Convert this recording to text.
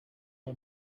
ماه